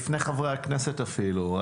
לפני חברי הכנסת אפילו.